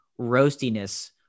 roastiness